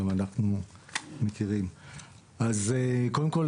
קודם כל,